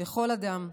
לכל אדם.